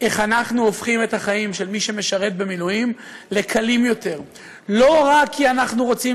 ובתנאי שלא תכפו עלינו החלטות בג"ץ, שהן חד-משמעית